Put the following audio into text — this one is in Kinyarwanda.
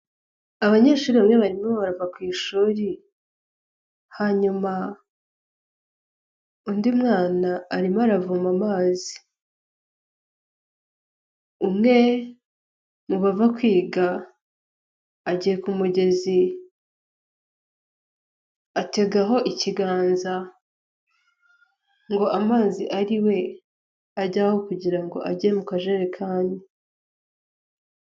Abanyeshuri bamwe barimo barava ku ishuri, hanyuma, undi mwana arimo aravoma amazi, umwe mu bava kwiga, agiye ku mugeziatega ikiganza, ngo amazi ariwe ajyaho aho kugirango ajye mu kajerekani.